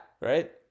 right